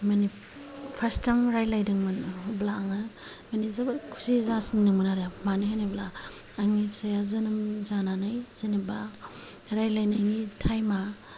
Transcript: माने first time रायलायदोंमोन अब्ला आङो माने जोबोर खुसि जासिन्दोंमोन आरो मानो होनोब्ला आंनि फिसाया जोनोम जानानै जेनेबा रायलायनायनि टाइमआ